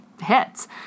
hits